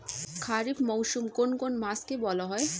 খারিফ মরশুম কোন কোন মাসকে বলা হয়?